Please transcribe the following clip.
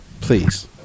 please